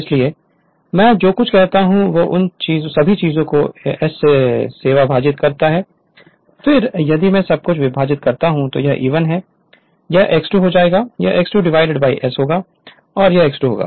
इसलिए मैं जो कुछ करता हूं वह इन सभी चीजों को s सेविभाजित करता है फिर यदि मैं सब कुछ विभाजित करता हूं तो यह E1 है यह X2 हो जाएगा यह X2 डिवाइड s यह X2 'होगा